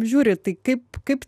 žiūri tai kaip kaip